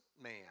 man